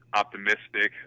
optimistic